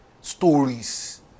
stories